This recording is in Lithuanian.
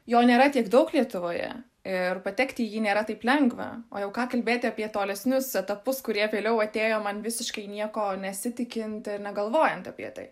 jo nėra tiek daug lietuvoje ir patekti į jį nėra taip lengva o jau ką kalbėti apie tolesnius etapus kurie vėliau atėjo man visiškai nieko nesitikint ir negalvojant apie tai